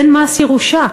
אין מס ירושה,